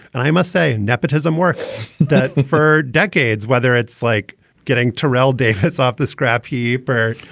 and i must say, and nepotism works that for decades, whether it's like getting terrell davis off the scrap heap or,